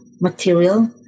material